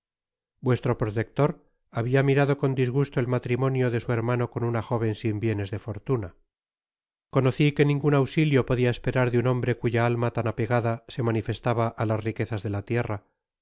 vuestro protector habia mirado con disgusto el matrimonio de su hermano con una jóven sin bienes de fortuna conoci que ningun ausilio podia esperar de un hombre cuya alma tan apegada se manifeslaba á las riquezas de la tierra